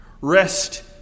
Rest